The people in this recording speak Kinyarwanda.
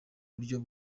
buryo